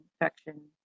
infection